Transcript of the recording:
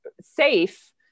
safe